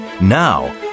Now